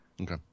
Okay